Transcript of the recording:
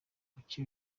kuki